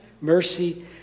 mercy